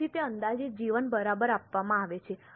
તેથી તે અંદાજિત જીવન બરાબર આપવામાં આવે છે